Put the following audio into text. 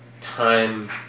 time